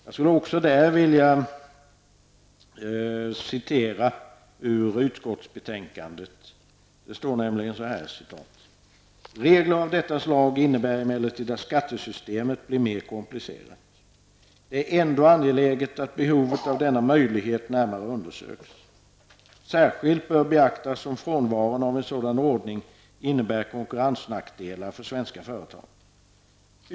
Låt mig citera vad som står om detta i utskottsbetänkandet: ''Regler av detta slag innebär emellertid att skattesystemet blir mer komplicerat. Det är ändå angeläget att behovet av denna möjlighet närmare undersöks. Särskilt bör beaktas om frånvaron av en sådan ordning innebär konkurrensnackdelar för svenska företag.